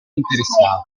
interessato